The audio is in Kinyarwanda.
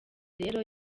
rero